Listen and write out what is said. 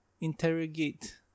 interrogate